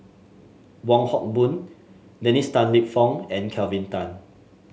Wong Hock Boon Dennis Tan Lip Fong and Kelvin Tan